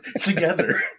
together